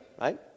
right